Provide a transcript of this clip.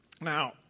Now